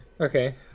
Okay